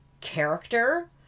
character